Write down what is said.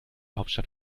hauptstadt